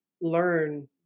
learn